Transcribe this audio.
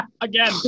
again